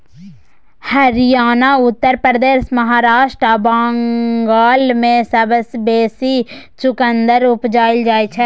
हरियाणा, उत्तर प्रदेश, महाराष्ट्र आ बंगाल मे सबसँ बेसी चुकंदर उपजाएल जाइ छै